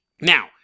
Now